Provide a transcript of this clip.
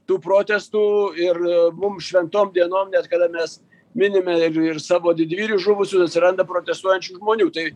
tų protestų ir mums šventom dienom net kada mes minime ir ir savo didvyrius žuvusius atsiranda protestuojančių žmonių tai